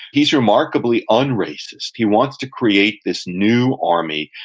he's remarkably un-racist. he wants to create this new army,